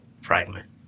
fragment